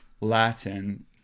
Latin